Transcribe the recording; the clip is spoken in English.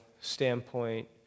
standpoint